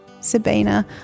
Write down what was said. Sabina